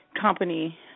company